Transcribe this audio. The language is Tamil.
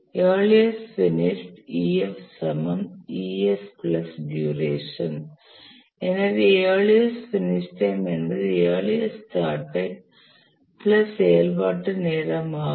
எனவே இயர்லியஸ்ட் பினிஷ் டைம் என்பது இயர்லியஸ்ட் ஸ்டார்ட் டைம் பிளஸ் செயல்பாட்டு நேரம் ஆகும்